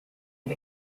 and